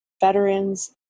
veterans